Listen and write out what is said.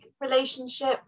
relationship